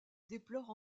déplorent